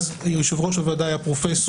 יושב-ראש הוועדה היה אז פרופ'